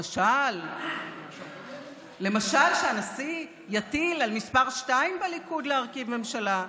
למשל: שהנשיא יטיל על מספר שתיים בליכוד להרכיב ממשלה,